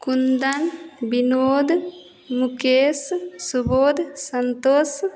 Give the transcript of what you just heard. Kundan Vinod Mukesh Subodh Santosh